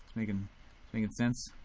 making sense?